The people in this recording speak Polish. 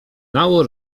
nało